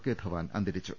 K Dhawan അന്തരിച്ചു